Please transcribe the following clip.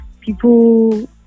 people